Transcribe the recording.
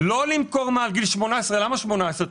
לא למכור מעל גיל 18. למה 18?